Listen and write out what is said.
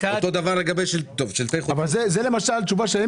אותו דבר לגבי שלטי חוצות --- זאת תשובה שהם